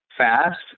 fast